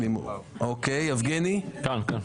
יבגני כאן.